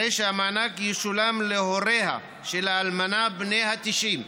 הרי שהמענק ישולם להוריה של האלמנה בני ה-90.